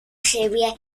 siebie